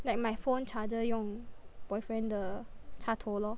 like my phone charger 用 boyfriend 的插头 lor